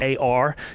AR